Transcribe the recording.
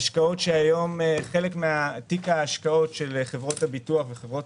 היום חלק מתיק ההשקעות של חברות הביטוח וחברות